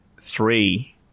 three